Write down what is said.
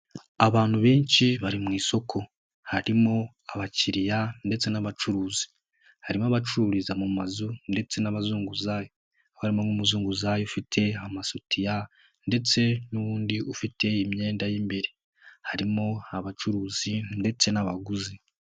Abantu benshi bari mu isoko harimo abakiriya ndetse n'abacuruzi, harimo abacururiza mu mazu ndetse n'abazunguzayi, harimo nk'umuzunguzayi ufite amasutiya ndetse n'ubundi ufite imyenda y'imbere, harimo abacuruzi ndetse n'abaguzi.